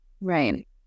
Right